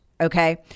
Okay